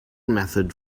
method